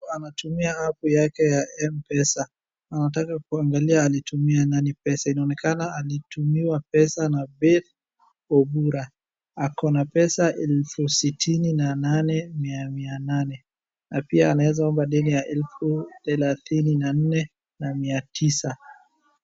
Mtu anatumia apu yake ya M-pesa. Anataka kuangalia alitumia nani pesa. Inaonekana alitumiwa pesa na Beth Obura. Ako na pesa elfu sitini na nane na mia nane, na pia aneza omba deni ya elfu thelathini na nne, na mia tisa.